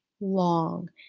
long